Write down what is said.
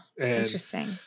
Interesting